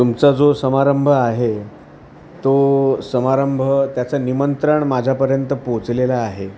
तुमचा जो समारंभ आहे तो समारंभ त्याचं निमंत्रण माझ्यापर्यंत पोहोचलेलं आहे